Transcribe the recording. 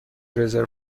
رزرو